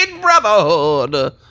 Brotherhood